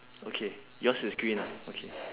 okay yours is green ah okay